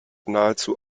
nahezu